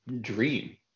dream